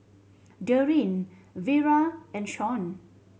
Dorine Vira and Shon